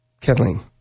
Kathleen